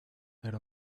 era